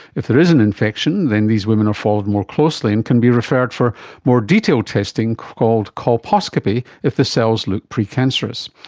if there is an infection then these women are followed more closely and can be referred for more detailed testing called colposcopy if the cells look precancerous.